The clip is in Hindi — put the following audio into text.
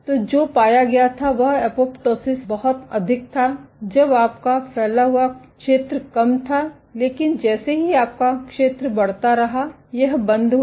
तो जो पाया गया था वह एपोप्टोसिस बहुत अधिक था जब आपका फैला हुआ क्षेत्र कम था लेकिन जैसे ही आपका क्षेत्र बढ़ता रहा यह बंद हो गया